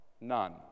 None